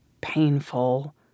painful